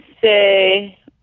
say